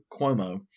Cuomo